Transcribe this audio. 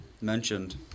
mentioned